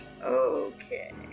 Okay